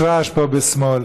יש רעש פה, בשמאל.